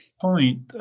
point